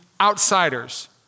outsiders